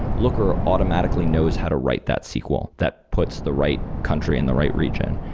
looker automatically knows how to write that sql that puts the right country in the right region.